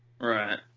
Right